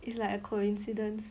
it's like a coincidence